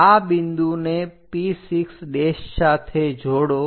આ બિંદુને P6 સાથે જોડો